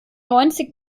neunzig